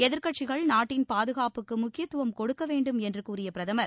எதிர்கட்சிகள் நாட்டின் பாதுகாப்புக்கு முக்கியத்துவம் கொடுக்கவேண்டும் என்று கூறிய பிரதமர்